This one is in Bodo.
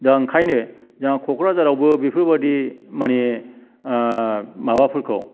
दा ओंखायनो जोंहा क'क्राझारआवबो बेफोरबादि माने माबाफोरखौ